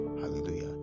Hallelujah